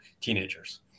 teenagers